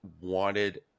wanted